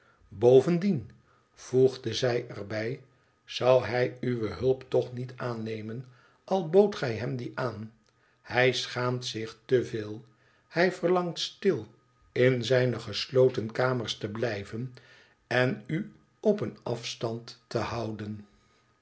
bovendien voegde zij er bij i zou hij uwe hulp toch niet aannemen al boodt gij hem die aan hij schaamt zich te veel hij verlangt stil in zijne gesloten kamers te blijven en u op een afstand te houden